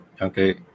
okay